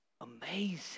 Amazing